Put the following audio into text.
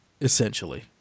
essentially